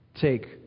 take